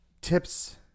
tips